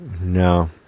No